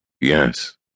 yes